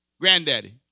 granddaddy